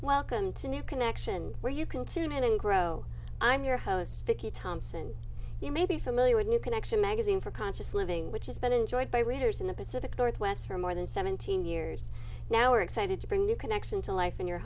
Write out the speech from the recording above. new connection where you can tune in and grow i'm your host vicky thompson you may be familiar with new connection magazine for conscious living which has been enjoyed by readers in the pacific northwest for more than seventeen years now we're excited to bring new connection to life in your